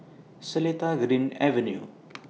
Seletar Green Avenue